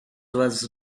was